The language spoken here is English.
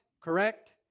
correct